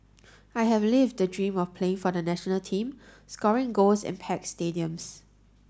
I have lived the dream of playing for the national team scoring goals in packed stadiums